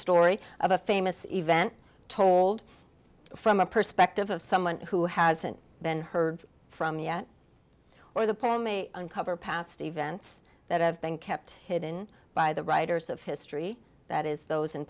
story of a famous event told from a perspective of someone who hasn't been heard from yet or the poem may uncover past events that have been kept hidden by the writers of history that is those in